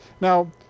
Now